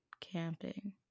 camping